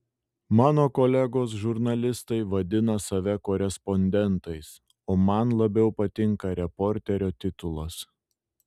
mano kolegos žurnalistai vadina save korespondentais o man labiau patinka reporterio titulas